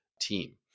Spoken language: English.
team